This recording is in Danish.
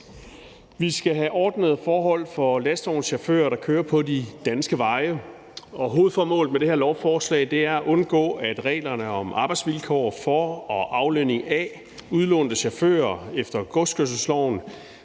Vi skal have ordnede forhold for lastvognschauffører, der kører på de danske veje, og hovedformålet med det her lovforslag er at undgå, at reglerne om arbejdsvilkår for og aflønning af udlånte chauffører efter godskørselsloven